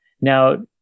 Now